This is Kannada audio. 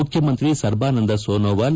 ಮುಖ್ಯಮಂತ್ರಿ ಸರ್ಬಾನಂದ ಸೋನಾವಾಲ್